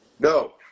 no